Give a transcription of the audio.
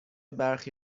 برخی